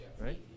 right